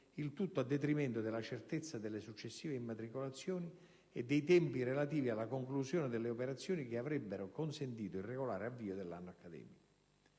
il tutto a detrimento della certezza delle successive immatricolazioni e dei tempi relativi alla conclusione delle operazioni che avrebbero consentito il regolare avvio dell'anno accademico.